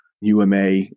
UMA